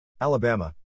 Alabama